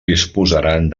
disposaran